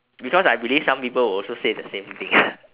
because I believe some people will also say the same thing ah